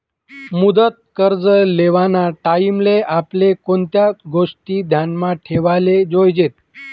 मुदत कर्ज लेवाना टाईमले आपले कोणत्या गोष्टी ध्यानमा ठेवाले जोयजेत